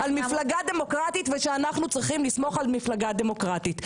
דיברת על מפלגה דמוקרטית ושאנחנו צריכים לסמוך על מפלגה דמוקרטית.